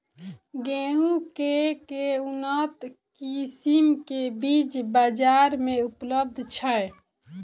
गेंहूँ केँ के उन्नत किसिम केँ बीज बजार मे उपलब्ध छैय?